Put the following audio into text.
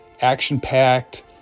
action-packed